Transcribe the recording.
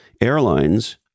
Airlines